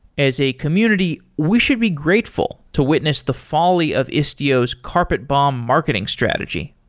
as a community, we should be grateful to witness the folly of istio's carpet-bomb marketing strategy.